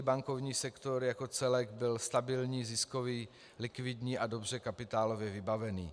Bankovní sektor jako celek byl stabilní, ziskový, likvidní a dobře kapitálově vybavený.